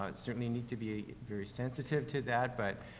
ah certainly need to be very sensitive to that, but,